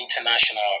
international